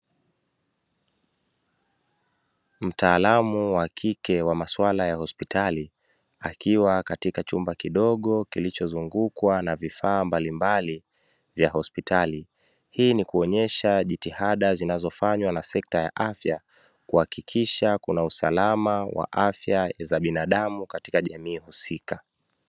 Mtaalamu wa kike wa maswala ya hospitali akiwa katika chumba kidogo kilichozungukwa na vifaa mbalimbali vya hospitali, hii ni kuonesha jitihada zinazofanywa na sekta ya afya kuhakikisha kuna usalama wa afya za binadamu katika jamii husika.